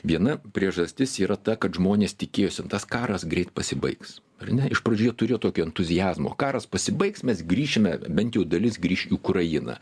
viena priežastis yra ta kad žmonės tikėjosi tas karas greit pasibaigs ar ne iš pradžių jie turėjo tokį entuziazmo karas pasibaigs mes grįšime bent jau dalis grįš į ukrainą